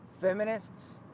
feminists